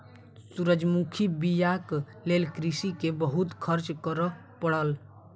सूरजमुखी बीयाक लेल कृषक के बहुत खर्च करअ पड़ल